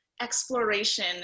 exploration